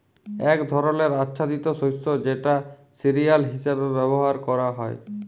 এক ধরলের আচ্ছাদিত শস্য যেটা সিরিয়াল হিসেবে ব্যবহার ক্যরা হ্যয়